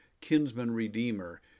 kinsman-redeemer